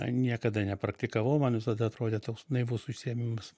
niekada nepraktikavau man visada atrodė toks naivus užsiėmimas